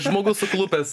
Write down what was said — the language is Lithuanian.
žmogus suklupęs